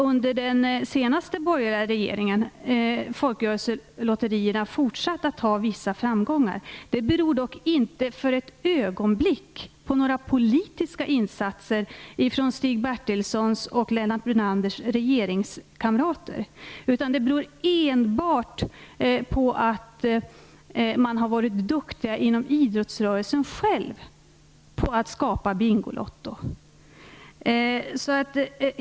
Under den senaste borgerliga regeringen har folkrörelselotterierna fortsatt att ha vissa framgångar. Det beror dock inte alls på några politiska insatser från Stig Bertilssons och Lennart Brunanders regeringskamrater utan enbart på att man har varit duktig inom idrottsrörelsen och skapat Bingolotto.